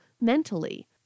mentally